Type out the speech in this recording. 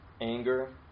anger